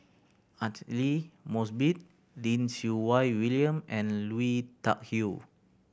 Aidli Mosbit Lim Siew Wai William and Lui Tuck Yew